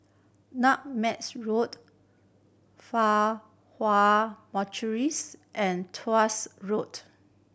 Nutmegs Road Fa Hua and Tuas Road